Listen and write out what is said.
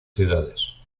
ciudades